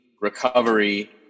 recovery